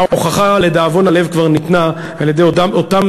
ההוכחה לדאבון הלב כבר ניתנה על-ידי אותם